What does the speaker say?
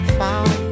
found